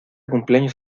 cumpleaños